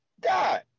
God